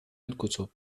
الكتب